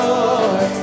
Lord